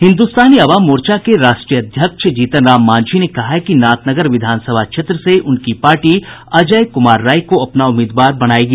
हिन्दुस्तानी अवाम मोर्चा के राष्ट्रीय अध्यक्ष जीतन राम मांझी ने कहा है कि नाथनगर विधानसभा क्षेत्र से उनकी पार्टी अजय कुमार राय को अपना उम्मीदवार बनायेगी